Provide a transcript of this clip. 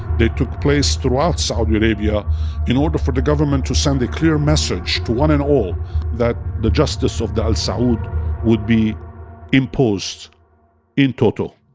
they took place throughout saudi arabia in order for the government to send a clear message to one and all that the justice of al saud would be imposed in total